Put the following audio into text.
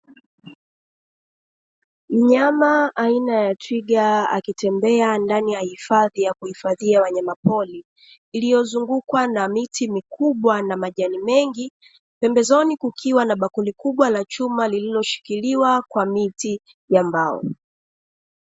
Mnyama aina ya Twiga, akitembea ndani ya hifadhi ya kuhifadhia wanyamapori. Lililozungukwa na miti mikubwa na majani mengi. Pembezoni kukiwa na bakuli kubwa ya chuma, iliyoshikiliwa kwa miti ya mbao.